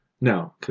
no